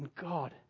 God